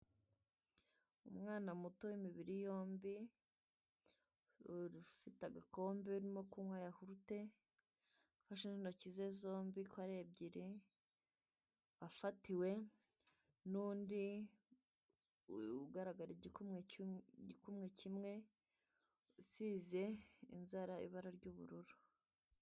Umwana muto w'imibiri yombi ufite agakombe urimo kunywa yahurute ufashe n'intoki ze zombi ko ari ebyiri afatiwe n'undi ugaragara igikumwe kimwe usize inzara ibara ry'ubururu.